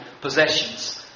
possessions